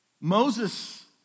Moses